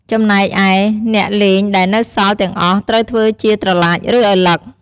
ចំណែកឯ អ្នកលេងដែលនៅសល់ទាំងអស់ត្រូវធ្វើជាត្រឡាចឬឪឡឹក។